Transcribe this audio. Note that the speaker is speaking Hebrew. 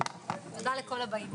תודה לכל הבאים.